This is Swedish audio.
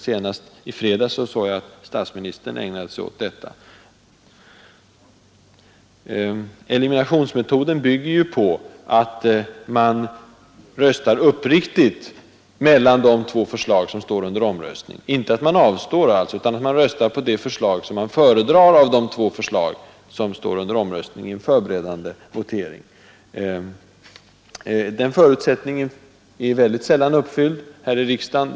Senast i fredags såg jag att statsministern ägnade sig åt vad som med all sannolikhet var taktikröstning. Eliminationsmetoden bygger på att man röstar uppriktigt, alltså inte att man avstår utan att man röstar på det förslag som man föredrar, av de två förslag som står under omröstning i en förberedande votering. Den förutsättningen är sällan uppfylld här i riksdagen.